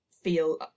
feel